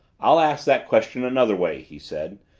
i'll ask that question another way, he said.